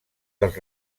dels